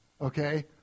Okay